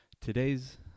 Today's